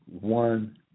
one